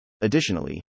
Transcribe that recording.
Additionally